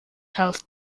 health